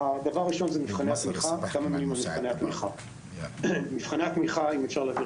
הדבר הראשון הוא מבחני התמיכה צריך לדעת